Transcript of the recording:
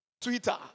Twitter